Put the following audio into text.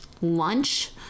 lunch